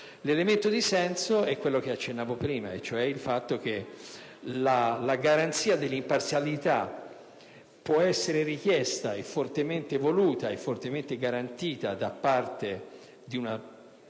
L'elemento di senso è quello che accennavo prima, e cioè il fatto che la garanzia dell'imparzialità può essere richiesta e fortemente voluta da parte di una